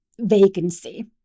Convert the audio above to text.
vacancy